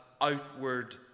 outward